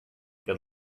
good